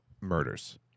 murders